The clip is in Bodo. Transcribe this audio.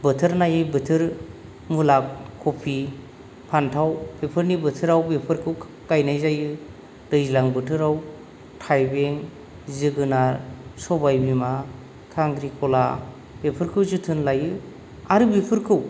बोथोर नायै बोथोर मुला कफि फानथाव बेफोरनि बोथोराव बेफोरखौ गायनाय जायो दैज्लां बोथोराव थायबें जोगोनार सबाय बिमा खांख्रिख'ला बेफोरखौ जोथोन लायो आरो बेफोरखौ